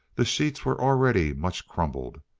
the sheets were already much crumbled.